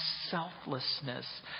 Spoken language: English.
selflessness